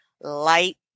light